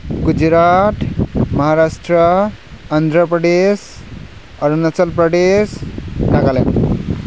Gujarat Maharashtra अन्ध्रप्रदेस Arunachal Pradesh Nagaland